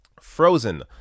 Frozen